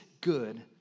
good